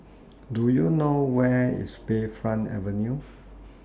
Do YOU know Where IS Bayfront Avenue